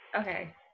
Okay